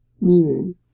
meaning